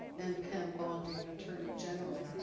and pam bondi, an attorney general.